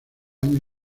año